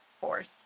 force